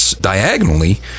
diagonally